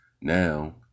now